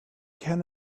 can